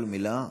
כל מילה בשקיקה.